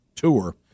tour